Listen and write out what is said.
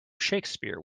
shakespeare